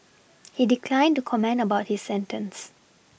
he declined to comment about his sentence